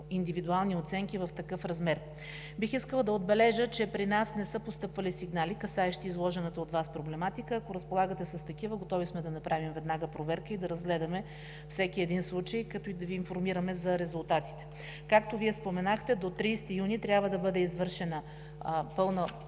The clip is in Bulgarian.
индивидуални оценки в такъв размер. Бих искала да отбележа, че при нас не са постъпвали сигнали, касаещи изложената от Вас проблематика. Ако разполагате с такива, готови сме да направим веднага проверки и да разгледаме всеки един случай, както и да Ви информираме за резултатите. Както Вие споменахте, до 30 юни трябва да бъде извършен пълен